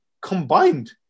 combined